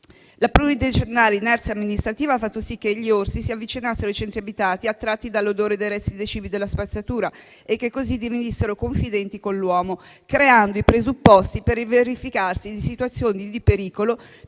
la pluridecennale inerzia amministrativa ha fatto sì che gli orsi si avvicinassero ai centri abitati, attratti dall'odore dei resti di cibo nella spazzatura e che così divenissero confidenti con l'uomo, creando i presupposti per il verificarsi di situazioni di pericolo